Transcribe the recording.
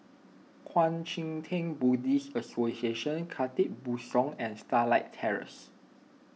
Kuang Chee Tng Buddhist Association Khatib Bongsu and Starlight Terrace